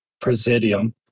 presidium